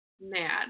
mad